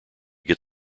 get